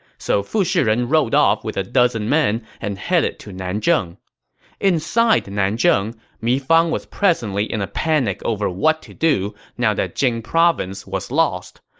so fu shiren rode off with a dozen men and headed to nanjun. inside nanjun, mi fang was presently in a panic over what to do now that jing province was lost.